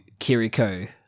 Kiriko